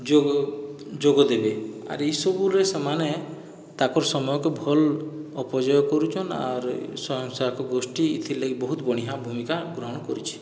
ଯୋଗ ଯୋଗ ଦେବେ ଆର୍ ଇସବୁରେ ସେମାନେ ତାଙ୍କର ସମୟକୁ ଭଲ ଉପଯୋଗ କରୁଛନ ଆର୍ ସ୍ଵୟଂସହାୟକ ଗୋଷ୍ଠୀ ଏଥିଲାଗି ବହୁତ ବଢ଼ିଆଁ ଭୂମିକା ଗ୍ରହଣ କରିଛେ